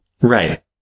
Right